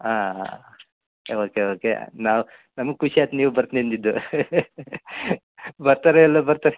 ಹಾಂ ಹಾಂ okay okay ನಾವು ನಮ್ಗೆ ಖುಷಿ ಆಯ್ತ್ ನೀವು ಬರ್ತೀನಿ ಅಂದಿದ್ದು ಬರ್ತಾರೋ ಇಲ್ವೋ ಬರ್ತಾರೆ